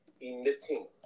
emitting